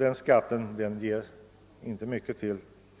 Den skatten ger inte mycket till